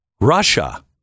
Russia